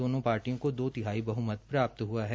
दोनों पार्टियों को दो तिहाई बह्मत प्राप्त् हुआ है